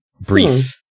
brief